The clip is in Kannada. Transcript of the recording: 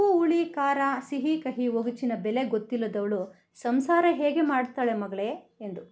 ಉಪ್ಪು ಹುಳಿ ಖಾರ ಸಿಹಿ ಕಹಿ ಒಗಚಿನ ಬೆಲೆ ಗೊತ್ತಿಲ್ಲದವಳು ಸಂಸಾರ ಹೇಗೆ ಮಾಡ್ತಾಳೆ ಮಗಳೇ ಎಂದು